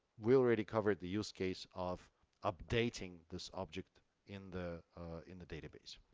we already covered the use case of updating this object in the in the database.